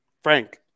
Frank